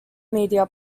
media